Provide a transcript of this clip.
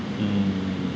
mm